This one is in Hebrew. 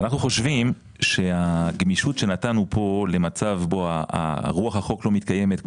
אנחנו חושבים שהגמישות שנתנו כאן למצב בו רוח החוק לא מתקיימת,